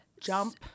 jump